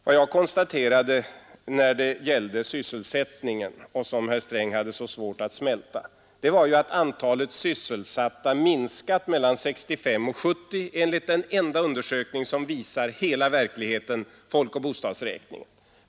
Vad jag konstaterade när det gällde sysselsättningen och som herr Sträng hade så svårt att smälta var ju att antalet sysselsatta minskat mellan 1965 och 1970, enligt den enda undersökning som visar hela verkligheten — folkoch bostadsräkningen.